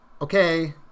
okay